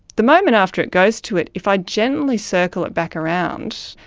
the moment after it goes to it, if i gently circle it back around,